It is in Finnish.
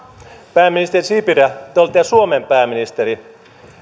pääministeri sipilä te olette suomen pääministeri